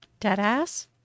Deadass